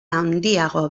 handiago